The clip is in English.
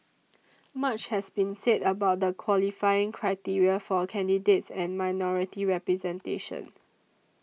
much has been said about the qualifying criteria for candidates and minority representation